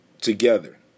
together